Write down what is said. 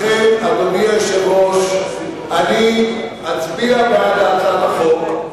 לכן, אדוני היושב-ראש, אני אצביע בעד הצעת החוק,